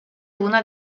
una